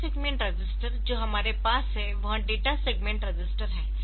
अगला segment register जो हमारे पास है वह डेटा सेगमेंट रजिस्टर है